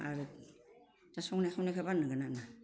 आरो दा संनाय खावनायखौ बानायनांगौ